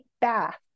bath